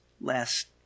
last